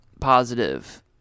positive